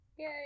Yay